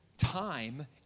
Time